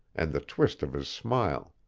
and the twist of his smile.